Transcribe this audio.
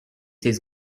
his